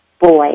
boy